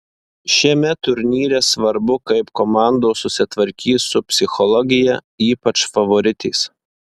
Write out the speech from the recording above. šiame turnyre svarbu kaip komandos susitvarkys su psichologija ypač favoritės